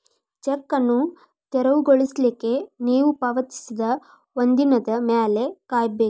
check ಅನ್ನು ತೆರವುಗೊಳಿಸ್ಲಿಕ್ಕೆ ನೇವು ಪಾವತಿಸಿದ ಒಂದಿನದ್ ಮ್ಯಾಲೆ ಕಾಯಬೇಕು